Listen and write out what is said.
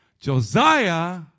Josiah